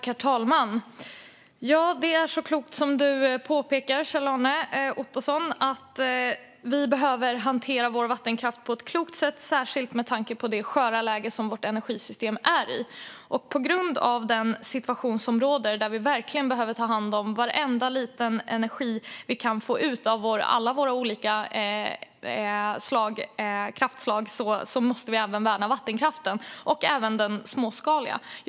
Herr talman! Det är så klokt som du påpekar, Kjell-Arne Ottosson, att vi behöver hantera vår vattenkraft på ett klokt sätt, särskilt med tanke på det sköra läge som vårt energisystem är i. I den situation som råder behöver vi verkligen ta hand om all energi vi kan få ut av våra olika kraftslag. Då måste vi även värna vattenkraften, och även den småskaliga vattenkraften.